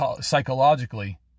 psychologically